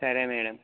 సరే మేడమ్